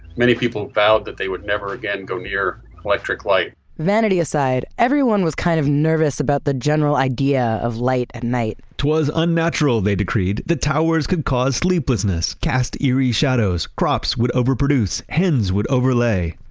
many people vowed that they would never again go near electric light vanity aside, everyone was kind of nervous about the general idea of light at night twas unnatural, they decreed. the towers could cause sleeplessness, cast eerie shadows, crops would overproduce, hens would overlay.